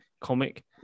comic